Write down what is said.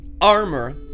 armor